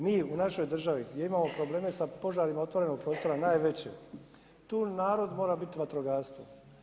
Mi u našoj državi gdje imamo probleme sa požarima otvorenog prostora najveće, tu narod mora biti vatrogastvo.